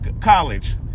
college